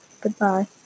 Goodbye